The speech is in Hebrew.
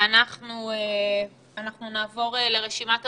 ואנחנו נעבור לרשימת הדוברים.